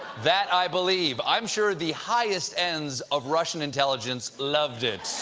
that i believe, i'm sure the highest ends of russian intelligence loved it.